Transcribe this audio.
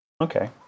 Okay